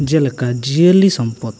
ᱡᱮᱞᱮᱠᱟ ᱡᱤᱭᱟᱹᱞᱤ ᱥᱚᱢᱯᱚᱛ